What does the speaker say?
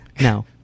No